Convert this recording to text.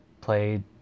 played